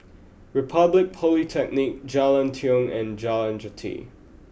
Republic Polytechnic Jalan Tiong and Jalan Jati